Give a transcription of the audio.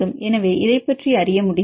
எனவே இதை பற்றி அறிய முடிந்தது